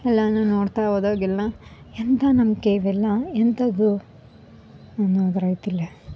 ಎಲ್ಲನೂ ನೋಡ್ತಾ ಹೋದಾಗ ಎಲ್ಲ ಎಂಥ ನಂಬಿಕೆ ಇವೆಲ್ಲ ಎಂಥದ್ದು ಅನ್ನೋದು ರೀತಿಯಲ್ಲೆ